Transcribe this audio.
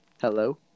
Hello